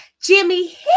Jimmy